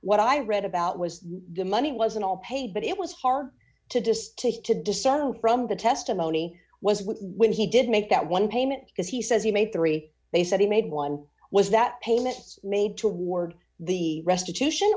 what i read about was the money wasn't all paid but it was hard to just take it to discern from the testimony was when he did make that one payment because he says he made three they said he made one was that payments made toward the restitution